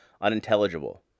unintelligible